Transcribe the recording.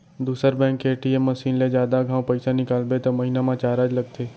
दूसर बेंक के ATM machine ले जादा घांव पइसा निकालबे त महिना म चारज लगथे